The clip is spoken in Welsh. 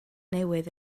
newydd